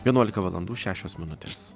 vienuolika valandų šešios minutės